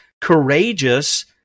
courageous